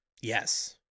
yes